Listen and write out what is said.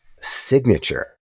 signature